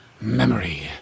memory